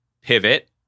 pivot